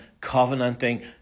covenanting